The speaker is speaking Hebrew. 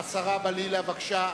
בלילא, בבקשה.